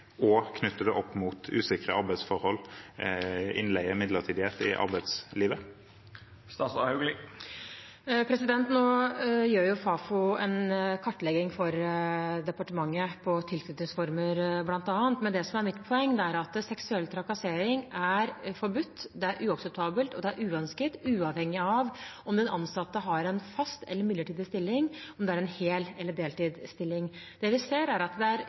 og å knytte det opp mot usikre arbeidsforhold, innleie og midlertidighet i arbeidslivet? Nå gjør Fafo en kartlegging for departementet av tilknytningsformer bl.a. Men det som er mitt poeng, er at seksuell trakassering er forbudt, det er uakseptabelt, og det er uønsket, uavhengig av om den ansatte har en fast eller en midlertidig stilling, om det er en heltids- eller deltidsstilling. Det vi ser, er at ulike bransjer opplever dette litt ulikt, og det